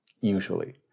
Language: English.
usually